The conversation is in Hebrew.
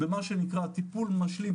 במה שנקרא טיפול משלים,